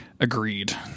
Agreed